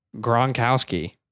Gronkowski